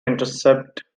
intercept